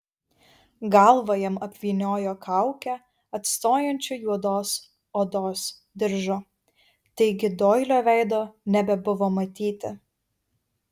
galvą jam apvyniojo kaukę atstojančiu juodos odos diržu taigi doilio veido nebebuvo matyti